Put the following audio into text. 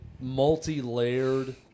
multi-layered